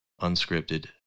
unscripted